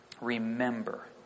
Remember